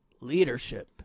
leadership